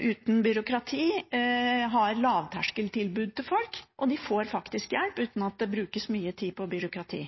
uten byråkrati har lavterskeltilbud til folk, og de får faktisk hjelp uten at det brukes mye tid på byråkrati.